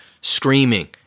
screaming